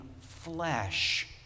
flesh